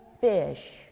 fish